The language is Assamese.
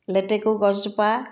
লেটেকু গছজোপা